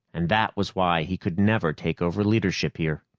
and that was why he could never take over leadership here.